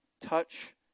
touch